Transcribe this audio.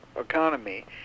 economy